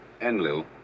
Enlil